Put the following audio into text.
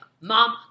Mom